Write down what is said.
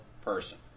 person